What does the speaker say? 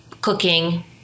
cooking